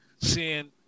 seeing